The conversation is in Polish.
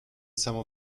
samo